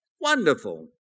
wonderful